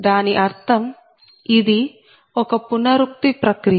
దాని అర్థం ఇది ఒక పునరుక్తి ప్రక్రియ